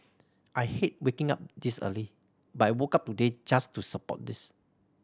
I hate waking up this early but woke up today just to support this